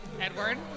Edward